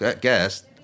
guest